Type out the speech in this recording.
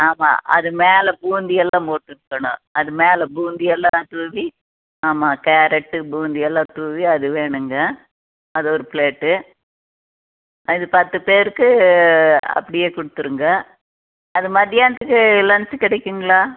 ஆமாம் அது மேலே பூந்தி எல்லாம் போட்டு இருக்கணும் அது மேலே பூந்தி எல்லாம் தூவி ஆமாம் கேரட்டு பூந்தி எல்லாம் தூவி அது வேணுங்க அது ஒரு பிளேட்டு அது பத்து பேருக்கு அப்படியே கொடுத்துருங்க அது மத்தியானத்துக்கு லஞ்சு கிடைக்குங்களா